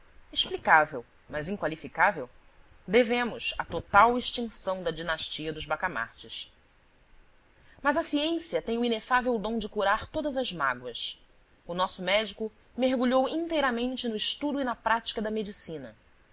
explicável mas inqualificável devemos a total extinção da dinastia dos bacamartes mas a ciência tem o inefável dom de curar todas as mágoas o nosso médico mergulhou inteiramente no estudo e na prática da medicina